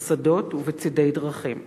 בשדות ובצדי דרכים.